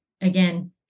again